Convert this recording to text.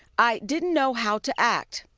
i didn't know how to act.